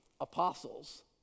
apostles